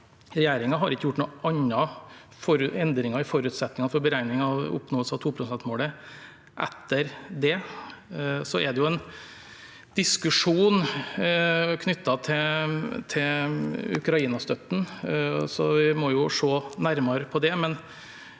Regjeringen har ikke gjort noen andre endringer i forutsetningen for beregning av oppnåelse av 2-prosentmålet etter det. Så er det en diskusjon knyttet til Ukraina-støtten, og vi må se nærmere på det.